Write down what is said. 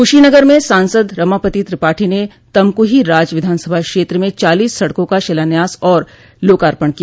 कुशीनगर में सांसद रमापति त्रिपाठी ने तमकुही राज विधानसभा क्षेत्र में चालीस सड़कों का शिलान्यास और लोकार्पण किया